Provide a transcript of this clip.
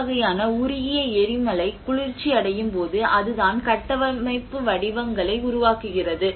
இந்த வகையான உருகிய எரிமலை குளிர்ச்சியடையும் போது அதுதான் கட்டமைப்பு வடிவங்களை உருவாக்குகிறது